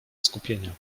skupienia